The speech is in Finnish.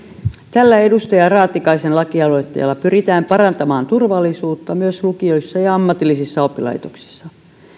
tällä edustaja raatikaisen lakialoitteella pyritään parantamaan turvallisuutta myös lukioissa ja ja ammatillisissa oppilaitoksissa